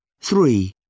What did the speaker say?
Three